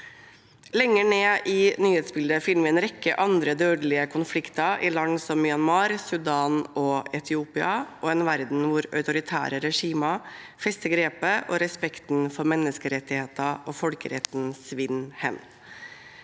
Lenger nede i nyhetsbildet finner vi en rekke andre dødelige konflikter, i land som Myanmar, Sudan og Etiopia, og en verden hvor autoritære regimer fester grepet og respekten for menneskerettigheter og folkeretten svinner hen.